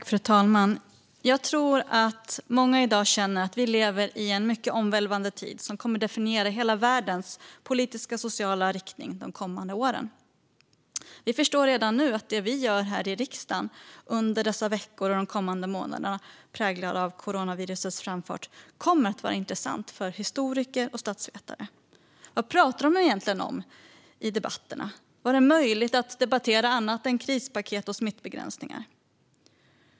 Fru talman! Jag tror att många i dag känner att vi lever i en mycket omvälvande tid som kommer definiera hela världens politiska och sociala riktning de kommande åren. Vi förstår redan nu att det vi gör här i riksdagen under dessa veckor och de kommande månaderna präglade av coronavirusets framfart kommer att vara intressant för historiker och statsvetare. Vad pratade de egentligen om i debatterna? Var det möjligt att debattera annat än krispaket och smittbegränsningar?